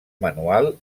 manual